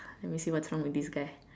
let me see what's wrong with this guy